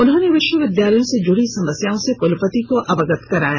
उन्होंने विश्वविद्यालयों से जुड़ी समस्याओं से कुलपति को अवगत कराया